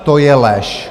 To je lež.